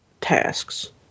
tasks